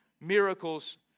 miracles